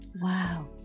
Wow